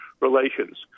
relations